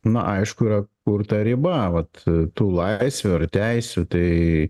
na aišku yra kur ta riba vat tų laisvių ar teisių tai